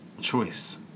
choice